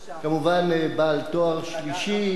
כמובן בעל תואר שלישי,